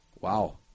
Wow